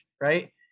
right